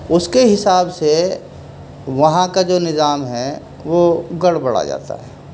اس کے حساب سے وہاں کا جو نظام ہے وہ گڑ بڑا جاتا ہے